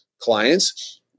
clients